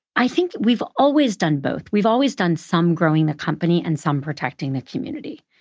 i think we've always done both. we've always done some growing the company and some protecting the community.